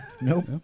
nope